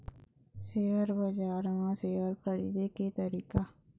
Share बजार म share खरीदे के तरीका?